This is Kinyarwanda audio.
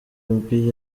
mbi